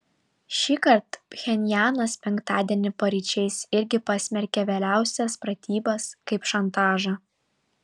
šįkart pchenjanas penktadienį paryčiais irgi pasmerkė vėliausias pratybas kaip šantažą